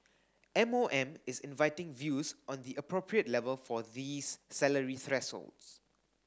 M O M is inviting views on the appropriate level for these salary thresholds